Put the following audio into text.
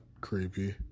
creepy